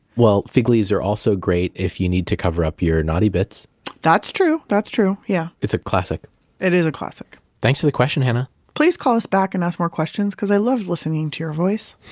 well, fig leaves are also great if you need to cover up your naughty bits that's true. that's true. yeah it's a classic it is a classic thanks for the question, hannah please call us back and ask more questions because i love listening to your voice